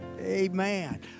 Amen